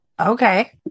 okay